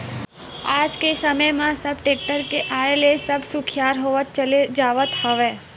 आज के समे म सब टेक्टर के आय ले अब सुखियार होवत चले जावत हवय